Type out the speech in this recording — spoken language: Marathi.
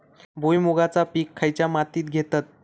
भुईमुगाचा पीक खयच्या मातीत घेतत?